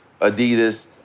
Adidas